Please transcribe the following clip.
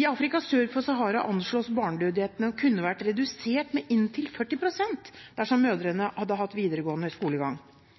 I Afrika sør for Sahara anslås barnedødeligheten å kunne vært redusert med inntil 40 pst. dersom mødrene hadde hatt videregående skolegang.